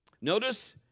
Notice